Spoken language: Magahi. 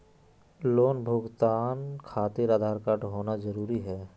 लोन भुगतान खातिर आधार कार्ड होना जरूरी है?